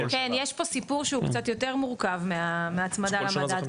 יש פה סיפור שהוא קצת יותר מורכב מהצמדה למדד,